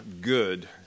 good